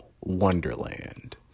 wonderland